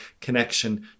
connection